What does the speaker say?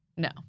No